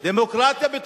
זו דמוקרטיה פה.